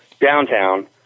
downtown